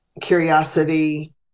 curiosity